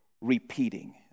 repeating